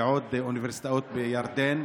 ובעוד אוניברסיטאות בירדן,